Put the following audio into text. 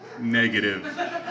negative